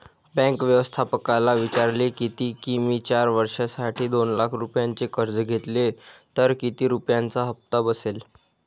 bank व्यवस्थापकाला विचारले किती की, मी चार वर्षांसाठी दोन लाख रुपयांचे कर्ज घेतले तर किती रुपयांचा हप्ता बसेल